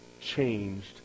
changed